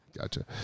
Gotcha